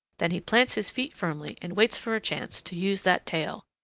then he plants his feet firmly and waits for a chance to use that tail.